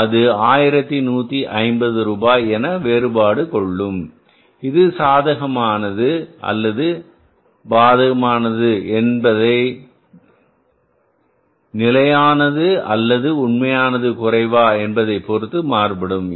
அது 1150 ரூபாய் என வேறுபாடு கொள்ளும் இது சாதகமான அல்லது பாதகமான தா என்பது நிலையான அல்லது உண்மையானது குறைவா என்பதைப் பொறுத்து மாறுபடும்